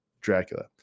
dracula